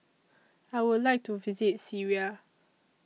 I Would like to visit Syria